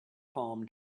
palm